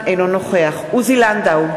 אינו נוכח עוזי לנדאו,